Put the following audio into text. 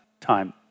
time